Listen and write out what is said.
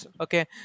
okay